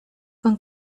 con